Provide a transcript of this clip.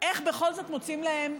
בכל זאת מוצאים להם,